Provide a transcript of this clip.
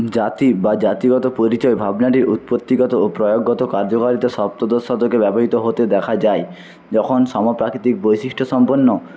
জাতি বা জাতিগত পরিচয় ভাবনাটির উৎপত্তিগত ও প্রয়োগগত কার্যকারিতা সপ্তদশ শতকে ব্যবহৃত হতে দেখা যায় যখন সমপ্রাকৃতিক বৈশিষ্ট সম্পন্ন